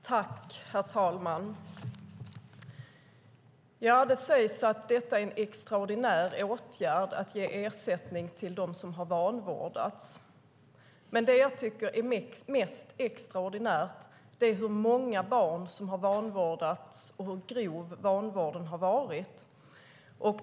Herr talman! Det sägs att det är en extraordinär åtgärd att ge ersättning till dem som har vanvårdats, men det jag tycker är mest extraordinärt är hur många barn som har vanvårdats och hur grov vanvården har varit.